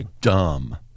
dumb